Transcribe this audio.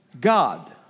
God